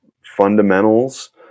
fundamentals